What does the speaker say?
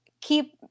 keep